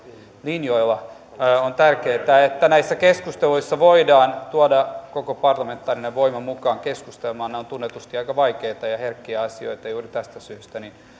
linjoilla on tärkeätä että näissä keskusteluissa voidaan tuoda koko parlamentaarinen voima mukaan keskustelemaan nämä ovat tunnetusti aika vaikeita ja herkkiä asioita ja juuri tästä syystä on